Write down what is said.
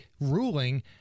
ruling